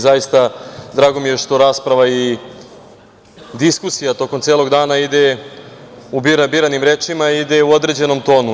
Zaista, drago mi je što rasprava i diskusija tokom celog dana ide u biranim rečima i ide u određenim tonu.